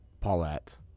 Paulette